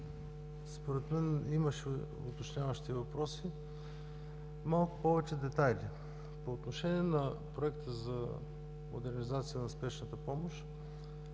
Според мен имаше уточняващи въпроси. Малко повече детайли. По отношение на Проекта за модернизация на спешната помощ,